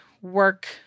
work